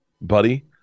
buddy